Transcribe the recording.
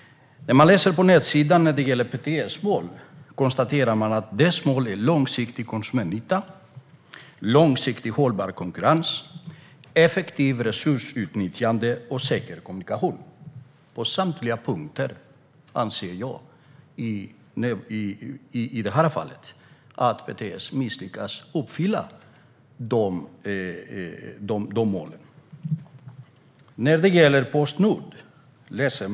På PTS hemsida kan man läsa om PTS mål. Man kan då konstatera att målen är långsiktig konsumentnytta, långsiktigt hållbar konkurrens, effektivt resursutnyttjande och säker kommunikation. På samtliga punkter anser jag i detta fall att PTS misslyckas med att uppfylla målen.